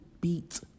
beat